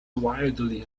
wildly